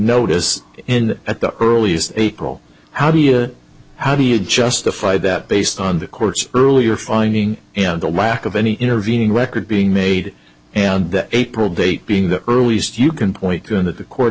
noticed in at the earliest april how do you how do you justify that based on the court's earlier finding and the lack of any intervening record being made and a probate being the earliest you can point to in that the court